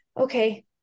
Okay